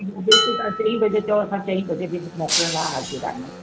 बिल्कुलु तव्हां चईं बजे चओ असां चईं बजे बि मोकिलण लाइ हाज़िर आहियूं